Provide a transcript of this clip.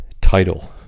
title